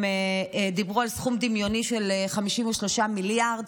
הם דיברו על סכום דמיוני של 53 מיליארד,